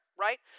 right